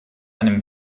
einem